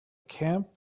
camp